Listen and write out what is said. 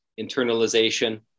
internalization